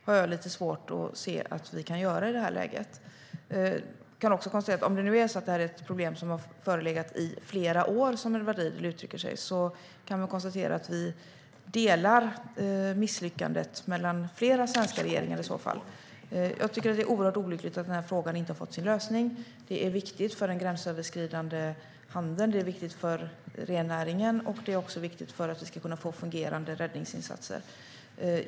Och om det nu är så att det här är ett problem som har funnits i flera år, som Edward Riedl uttrycker, kan man konstatera att vi delar misslyckandet mellan flera svenska regeringar. Jag tycker att det är oerhört olyckligt att frågan inte har fått sin lösning. Det är viktigt för den gränsöverskridande handeln. Det är viktigt för rennäringen. Det är också viktigt för att vi ska kunna få fungerande räddningsinsatser.